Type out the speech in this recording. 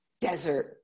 Desert